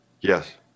Yes